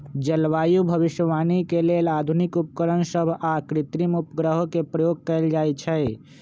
जलवायु भविष्यवाणी के लेल आधुनिक उपकरण सभ आऽ कृत्रिम उपग्रहों के प्रयोग कएल जाइ छइ